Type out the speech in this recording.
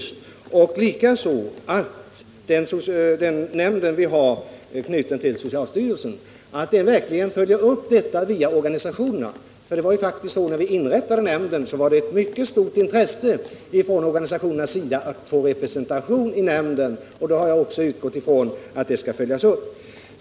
Liksom socialministern hoppas jag att den nämnd som vi har knuten till socialstyrelsen verkligen följer upp programmen via organisationerna, för när vi inrättade nämnden, var det faktiskt ett mycket stort intresse från organisationernas sida att få representation i nämnden, och jag har utgått ifrån att det skall följas upp.